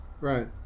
Right